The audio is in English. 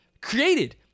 created